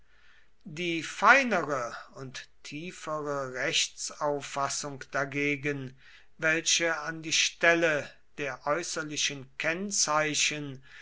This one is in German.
die feinere und tiefere rechtsauffassung dagegen welche an die stelle der äußerlichen kennzeichen